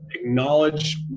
acknowledge